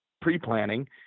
pre-planning